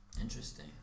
Interesting